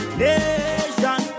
nation